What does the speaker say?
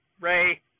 Ray